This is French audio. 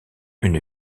une